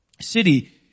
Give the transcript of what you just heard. city